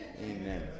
Amen